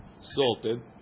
salted